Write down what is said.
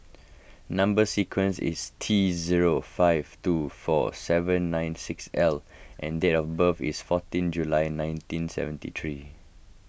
Number Sequence is T zero five two four seven nine six L and date of birth is fourteen July nineteen seventy three